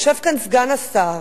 יושב כאן סגן השר,